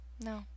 No